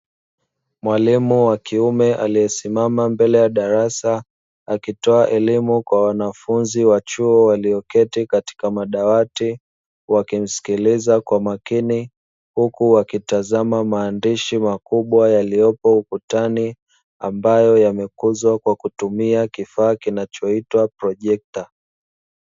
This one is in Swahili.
Mwalimu wa kiume aliyesimama mbele ya darasa, akitoa elimu kwa wanafunzi wa chuo walioketi katika madawati, wakimsikiliza kwa makini huku wakitazama maandishi makubwa yaliyopo ukutani ambayo yamekuzwa kwa kutumia kifaa kinachoitwa projekta.